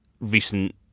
recent